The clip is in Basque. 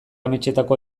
ametsetako